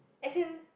as in